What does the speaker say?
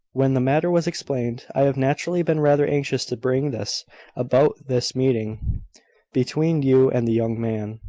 when the matter was explained, i have naturally been rather anxious to bring this about this meeting between you and the young man.